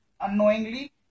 unknowingly